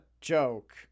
joke